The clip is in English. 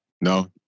no